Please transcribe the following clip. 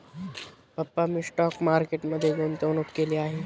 पप्पा मी stock market मध्ये गुंतवणूक केली आहे